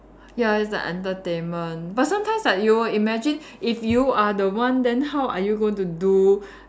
ya it's like entertainment but sometimes like you will imagine if you are the one then how are you going to do